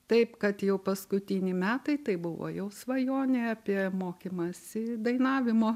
taip kad jau paskutiniai metai tai buvo jau svajonė apie mokymąsi dainavimo